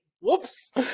Whoops